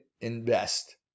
invest